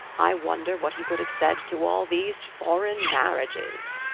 i wonder what he would have said to all these foreign marriages!